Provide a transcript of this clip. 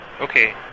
Okay